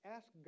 Ask